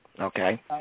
Okay